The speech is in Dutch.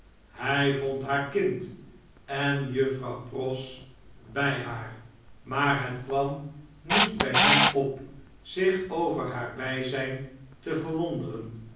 hy vond haar kind en juffrouw pross bij haar maar het kwam niet bjj hem op zich over haar bijznn te verwonderen